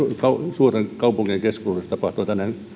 suurten kaupunkien keskuudessa tapahtuva